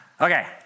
Okay